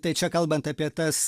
tai čia kalbant apie tas